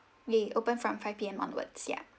we open from five P_M onwards ya